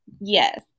Yes